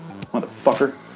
motherfucker